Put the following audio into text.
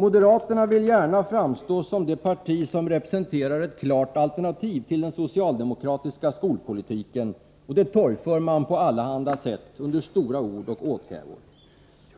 Moderaterna vill gärna framstå som det parti som representerar ett klart alternativ till den socialdemokratiska skolpolitiken, och det torgför man på allehanda sätt med stora ord och åthävor.